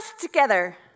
together